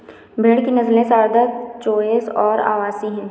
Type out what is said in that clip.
भेड़ की नस्लें सारदा, चोइस और अवासी हैं